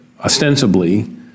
ostensibly